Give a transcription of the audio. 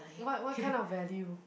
what what kind of value